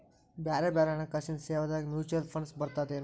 ಬ್ಯಾರೆ ಬ್ಯಾರೆ ಹಣ್ಕಾಸಿನ್ ಸೇವಾದಾಗ ಮ್ಯುಚುವಲ್ ಫಂಡ್ಸ್ ಬರ್ತದೇನು?